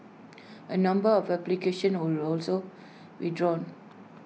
A number of applications were also withdrawn